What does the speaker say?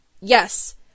Yes